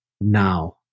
now